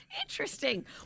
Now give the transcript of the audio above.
Interesting